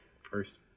first